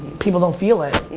people don't feel it.